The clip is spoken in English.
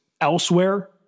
elsewhere